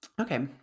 okay